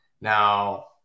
Now